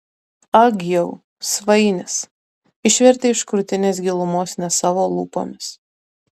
ag jau svainis išvertė iš krūtinės gilumos ne savo lūpomis